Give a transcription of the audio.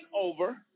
over